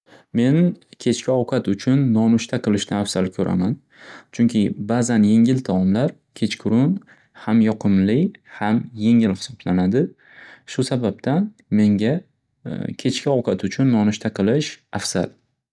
Men kechki ovqat uchun nonushta qilishni afzal koʻraman, chunki baʼzan yengil taomlar kechkurun ham yoqimli ham yengil hisoblanadi. Shu sababdan menga kechki ovqat uchun nonushta qilish afzal.